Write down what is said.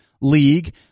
league